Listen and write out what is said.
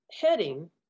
heading